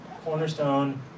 cornerstone